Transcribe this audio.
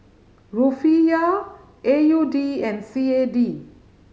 Rufiyaa A U D and C A D